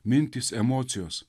mintys emocijos